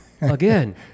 again